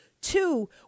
Two